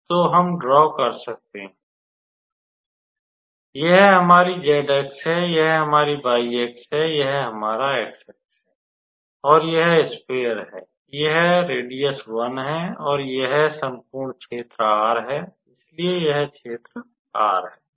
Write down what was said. तो हम ड्रॉ कर सकते हैं यह हमारी z अक्ष है यह हमारी y अक्ष है यह हमारा x अक्ष है और यह स्फेयर है यह त्रिज्या 1 है और यह संपूर्ण क्षेत्र R है इसलिए यह है क्षेत्र R